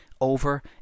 over